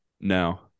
no